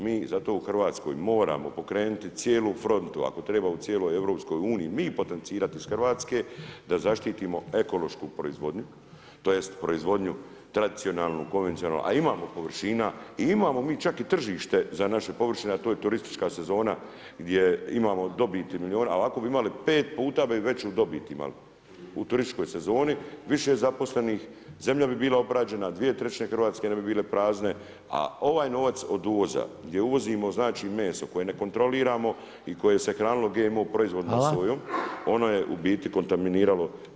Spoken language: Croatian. Mi zato u Hrvatskoj, moramo pokrenuti cijelu frontu, ako treba u cijeloj EU, mi potencirati iz Hrvatske, da zaštitimo ekološku proizvodnju, tj. proizvodnju, tradicionalnu, kongenijalnu, a imamo površina i imamo mi čak i tržište za naše površine a to je turistička sezona, gdje imamo dobiti milijun, a ovako bi imali 5 puta bi veću dobit imali u turističkoj sezoni, više zaposlenih, zemlja bi bila obrađena 2/3 Hrvatske ne bi bile prazne, a ovaj novac od uvoza, gdje uvozimo meso, koje ne kontroliramo i koje se hranilo GMO proizvodima i sojom, ona je u biti kontaminirana cijeli prostor RH.